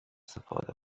استفاده